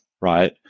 right